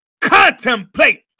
contemplate